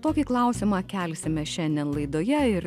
tokį klausimą kelsime šiandien laidoje ir